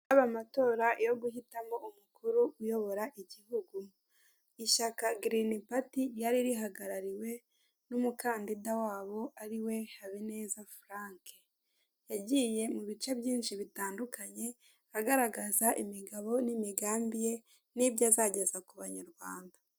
Hari amatora yo guhitamo umukuru uyobora igihugu ishyaka girini pati ryari ihagarariwe n'umukandida wabo ari we Habineza Frank yagiye mu bice byinshi bitandukanye, agaragaza imigabo n'imigambi ye n'ibyo azageza ku abanyarwanda.